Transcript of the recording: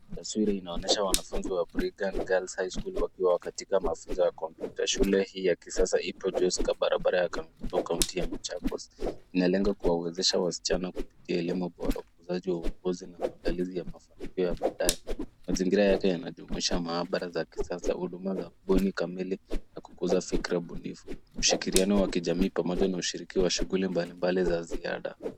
Taswira inaonyesha wanafunzi wa Bridgan Girls High School wakiwa katika mafunzo ya kompyuta. Shule hii ya kisasa iko Joska barabara ya Kangundo, Kaunti ya Machakos. Inalenga kuwawezesha wasichana kupitia elimu bora, ukuzaji wa uongozi na uandalizi wa mafanikio ya baadaye. Mazingira yake yanajumuisha maabara ya kisasa, huduma za kubuni kamili na kukuza fikra bunifu. Ushirikiano wa kijamii pamoja na ushiriki wa shughuli mbalimbali za ziada.